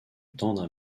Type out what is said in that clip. tendre